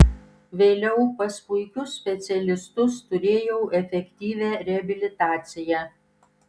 vėliau pas puikius specialistus turėjau efektyvią reabilitaciją